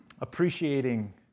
appreciating